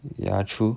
yeah true